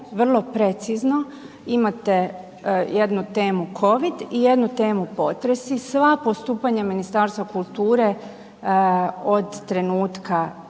vrlo precizno, imate jednu covid i jednu temu potresi. Sva postupanja Ministarstva kulture od trenutka